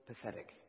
pathetic